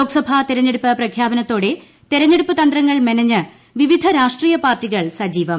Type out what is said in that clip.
ലോക്സഭാ തെരഞ്ഞെടുപ്പ് പ്രഖ്യാപനത്തോടെ തെരഞ്ഞെടുപ്പ് തന്ത്രങ്ങൾ മെനഞ്ഞ് വിവിധ രാഷ്ട്രീയ പാർട്ടികൾ സജീവം